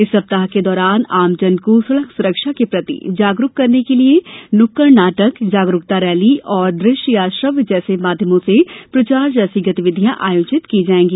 इस सप्ताह के दौरान आजमन को सड़क सुरक्षा के प्रति जागरूक करने के लिये नुक्कड़ नाटक जागरूकता रैली और दृश्य या श्रव्य जैसे माध्यमों से प्रचार जैसी गतिविधियां आयोजित की जाएगी